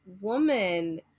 woman